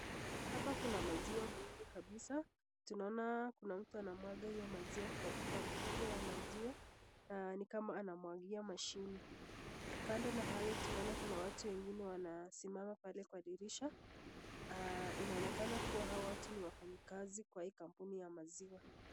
Hapa kuna maziwa mingi kabisa, tunaona kuna mtu ambaye anamwanga hiyo maziwa kutoka kwa mkebe ya maziwa, na ni kama anamwagia (cs)machine(cs). Kando na hayo tunaona kuna watu wengine wanasimama pale kwa dirisha, na inaonekana kuwa hawa watu ni wafanyakazi kwa hii kampuni ya maziwa.